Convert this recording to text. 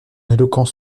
éloquence